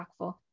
impactful